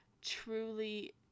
truly